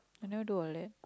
I never do or lead